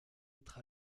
être